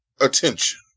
attention